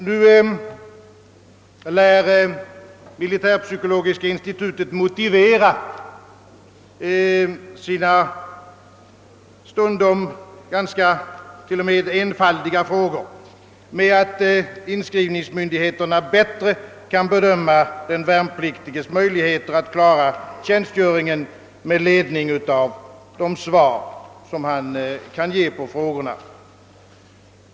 Nu lär militärpsykologiska institutet motivera sina stundom t.o.m. enfaldiga frågor med att inskrivningsmyndigheterna bättre kan bedöma den värnpliktiges möjligheter att klara tjänstgöringen med ledning av de svar som han kan ge på frågorna.